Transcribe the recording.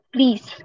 Please